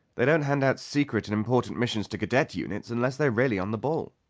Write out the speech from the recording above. they don't hand out secret and important missions to cadet units unless they're really on the ball!